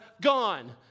gone